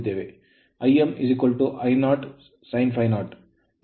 Im I0 sin∅0 ನಿಂದ ಪಡೆಯುತ್ತೇವೆ